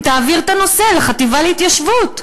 אם תעביר את הנושא לחטיבה להתיישבות.